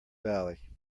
valley